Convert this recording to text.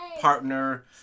partner